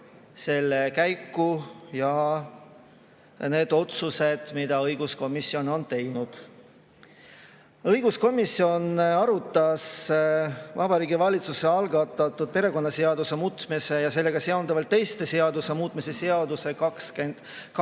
selle käiku ja neid otsuseid, mis õiguskomisjon on teinud. Õiguskomisjon arutas Vabariigi Valitsuse algatatud perekonnaseaduse muutmise ja sellega seonduvalt teiste seaduste muutmise seaduse